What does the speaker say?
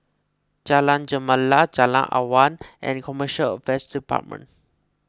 Jalan Gemala Jalan Awan and Commercial Affairs Department